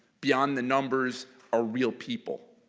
beyond the numbers are real people.